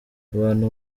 abantu